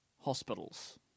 hospitals